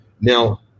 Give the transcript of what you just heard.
Now